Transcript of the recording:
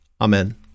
Amen